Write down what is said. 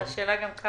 נראה כמה.